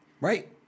Right